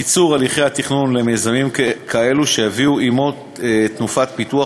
קיצור הליכי התכנון למיזמים כאלו יביא עמו תנופת פיתוח